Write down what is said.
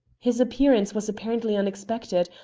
his appearance was apparently unexpected,